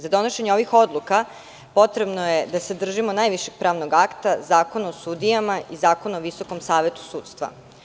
Za donošenje ovih odluka potrebno je da se držimo najvišeg pravnog akta, Zakona o sudijama i Zakona o Visokom savetu sudstva.